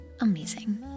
amazing